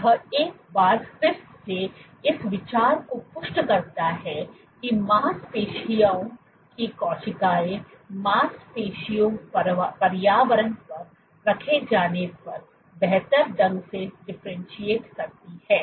यह एक बार फिर से इस विचार को पुष्ट करता है कि मांसपेशियों की कोशिकाएँ मांसपेशियों पर्यावरण पर रखे जाने पर बेहतर ढंग से डिफरेंटशिएट करती हैं